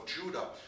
Judah